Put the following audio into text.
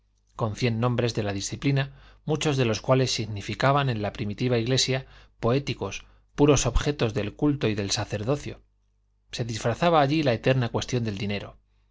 con cien nombres de la disciplina muchos de los cuales significaban en la primitiva iglesia poéticos puros objetos del culto y del sacerdocio se disfrazaba allí la eterna cuestión del dinero